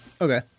Okay